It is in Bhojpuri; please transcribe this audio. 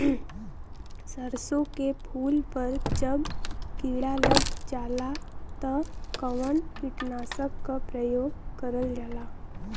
सरसो के फूल पर जब किड़ा लग जाला त कवन कीटनाशक क प्रयोग करल जाला?